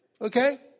Okay